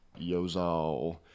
Yozal